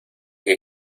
que